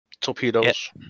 torpedoes